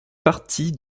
partie